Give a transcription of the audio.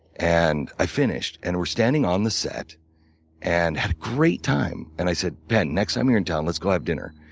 and i finished, and we're standing on the set and had great time. and i said, penn, next time you're in town, let's go have dinner.